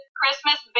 Christmas